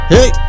Hey